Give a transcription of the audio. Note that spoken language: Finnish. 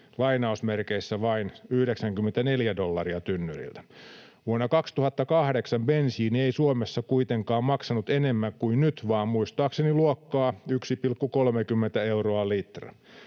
päivänä se on ”vain” 94 dollaria tynnyriltä. Vuonna 2008 bensiini ei Suomessa kuitenkaan maksanut enemmän kuin nyt, vaan muistaakseni luokkaa 1,30 euroa litralta.